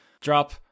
Drop